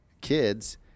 kids